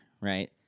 Right